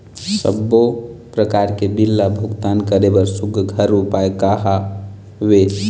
सबों प्रकार के बिल ला भुगतान करे बर सुघ्घर उपाय का हा वे?